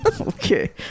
Okay